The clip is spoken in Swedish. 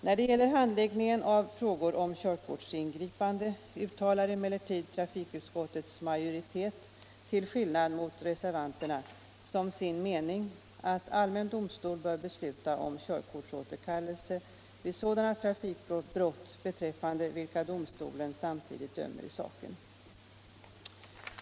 När det gäller handläggningen av frågor om körkortsingripande uttalar emellertid trafikutskottets majoritet, till skillnad mot reservanterna, som sin mening, ”att allmän domstol bör besluta om körkortsåterkallelse vid sådana trafikbrott, beträffande vilka domstolen samtidigt dömer i saken”.